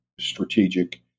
strategic